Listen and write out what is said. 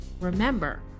Remember